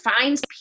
finds